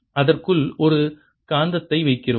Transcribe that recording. அதற்குள் ஒரு காந்தத்தை வைக்கிறோம்